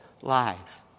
lives